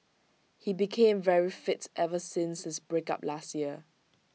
he became very fit ever since his breakup last year